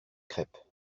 crêpes